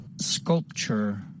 sculpture